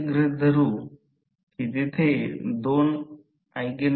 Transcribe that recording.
प्रतीक्षा करा मी चित्रित करीन